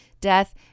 death